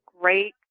great